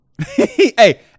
Hey